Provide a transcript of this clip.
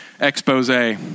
expose